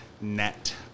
net